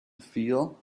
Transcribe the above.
feel